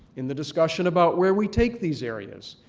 in the discussion about where we take these areas.